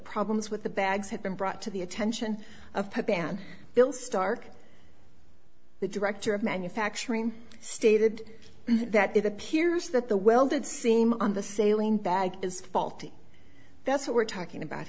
problems with the bags had been brought to the attention of pan bill stark the director of manufacturing stated that it appears that the welded seam on the sailing bag is faulty that's what we're talking about